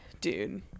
dude